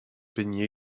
peignit